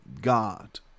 God